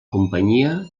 companyia